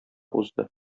узды